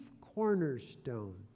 cornerstone